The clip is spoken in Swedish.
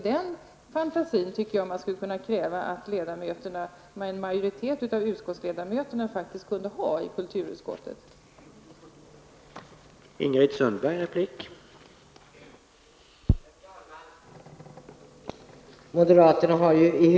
Den fantasin tycker jag att man skulle kunna kräva att en majoritet av utskottsledamöterna i kulturutskottet skulle kunna ha.